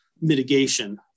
mitigation